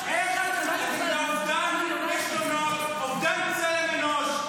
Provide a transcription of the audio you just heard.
--- איך --- אובדן עשתונות, אובדן צלם אנוש.